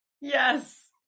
yes